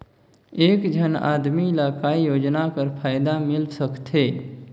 एक झन आदमी ला काय योजना कर फायदा मिल सकथे?